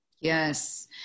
Yes